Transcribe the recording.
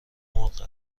مرغ